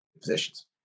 positions